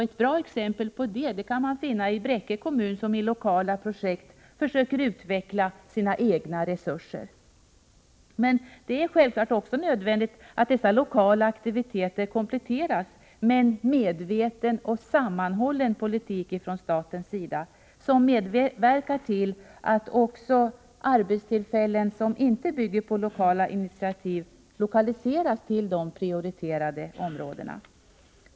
Ett bra exempel på detta kan man finna i Bräcke kommun, som i lokala projekt försöker utveckla sina egna resurser. Men det är självfallet också nödvändigt att dessa lokala aktiviteter kompletteras med en medveten och sammanhållen politik från statens sida, som medverkar till att också arbetstillfällen som inte bygger på lokala initiativ lokaliseras till de prioriterade områdena.